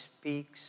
speaks